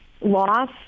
loss